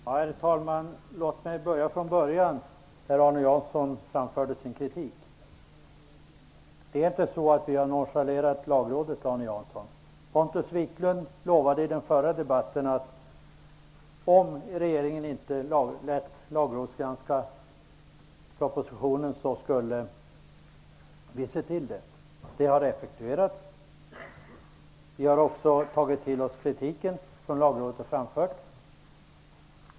Herr talman! Låt mig börja från början, där Arne Jansson framförde sin kritik. Vi har inte nonchalerat Lagrådet, Arne Jansson. Pontus Wiklund lovade i den förra debatten att om regeringen inte lät lagrådsgranska propositionen skulle vi se till att det skedde. Det har effektuerats. Vi har också tagit till oss den kritik som Lagrådet har framfört.